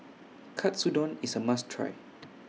Katsudon IS A must Try